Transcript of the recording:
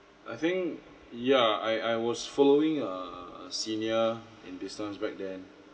I think yeah I I was following a senior in business back then